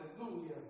hallelujah